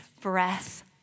breath